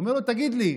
הוא אומר לו: תגיד לי,